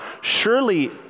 Surely